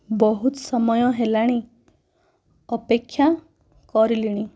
ବହୁତ ସମୟ ହେଲାଣି ଅପେକ୍ଷା କରିଲିଣି